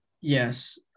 Yes